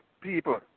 people